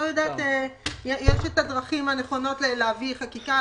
יש את הדרכים הנכונות להביא חקיקה,